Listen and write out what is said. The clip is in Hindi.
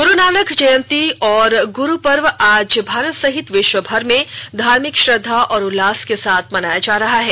ग्रु नानक जयंती और गुरुपर्व आज भारत सहित विश्व भर में धार्मिक श्रद्धा और उल्लास से मनाया जा रहा है